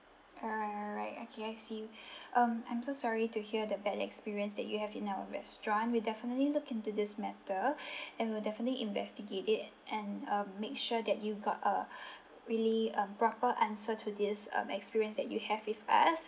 alright alright okay I see um I'm so sorry to hear the bad experience that you have in our restaurant we'll definitely look into this matter and we'll definitely investigate it and um make sure that you got a really um proper answer to this um experience that you have with us